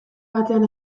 batean